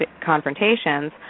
confrontations